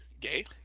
gay